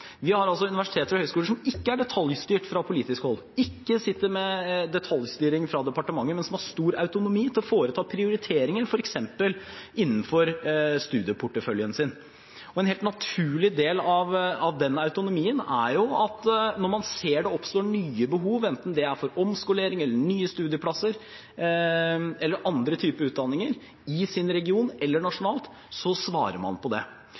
Vi har universiteter og høyskoler som ikke er detaljstyrte fra politisk hold, som ikke blir detaljstyrte fra departementet, men som har stor autonomi til å foreta prioriteringer f.eks. innenfor studieporteføljen sin. En helt naturlig del av den autonomien er at når man ser at det oppstår nye behov, enten det er for omskolering, for nye studieplasser eller for andre typer utdanninger i sin region eller nasjonalt, svarer man på det.